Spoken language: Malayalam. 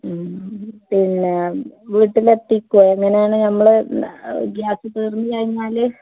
മ് പിന്നെ വീട്ടിൽ എത്തിക്കുമോ എങ്ങനെയാണ് നമ്മൾ ഗ്യാസ് തീർന്നുകഴിഞ്ഞാൽ